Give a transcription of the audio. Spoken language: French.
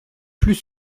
plus